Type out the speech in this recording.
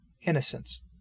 Innocence